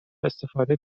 استفاده